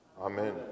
Amen